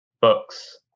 books